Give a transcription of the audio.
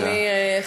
אדוני היושב-ראש,